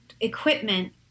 equipment